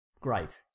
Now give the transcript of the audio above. great